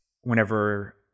whenever